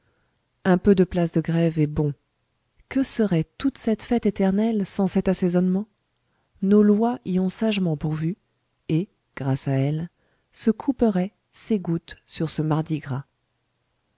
un peu de place de grève est bon que serait toute cette fête éternelle sans cet assaisonnement nos lois y ont sagement pourvu et grâce à elles ce couperet s'égoutte sur ce mardi gras